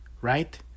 right